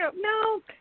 No